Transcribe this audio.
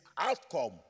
outcome